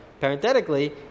parenthetically